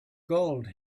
gold